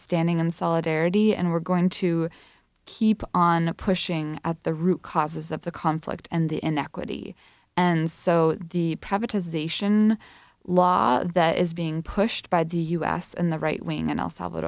standing and solidarity and we're going to keep on pushing at the root causes of the conflict and the inequity and so the privatization law that is being pushed by the u s and the right wing and el salvad